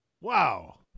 Wow